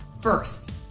First